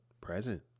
present